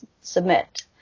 submit